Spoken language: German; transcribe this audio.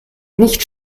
nicht